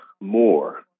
more